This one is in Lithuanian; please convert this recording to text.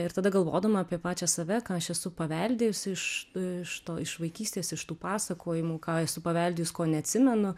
ir tada galvodama apie pačią save ką aš esu paveldėjusi iš iš to iš vaikystės iš tų pasakojimų ką esu paveldėjus ko neatsimenu